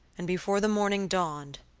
and before the morning dawned,